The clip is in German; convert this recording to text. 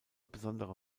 besondere